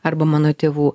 arba mano tėvų